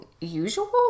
usual